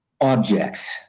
objects